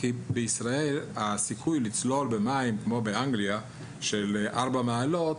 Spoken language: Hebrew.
כי בישראל הסיכוי לצלול במים של ארבע מעלות,